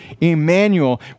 Emmanuel